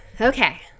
Okay